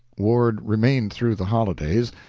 ward remained through the holidays,